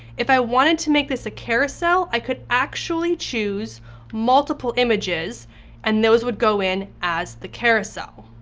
if i wanted to make this a carousel, i could actually choose multiple images and those would go in as the carousel.